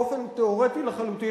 באופן תיאורטי לחלוטין,